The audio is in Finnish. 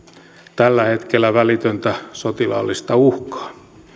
tällä hetkellä välitöntä sotilaallista uhkaa